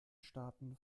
staaten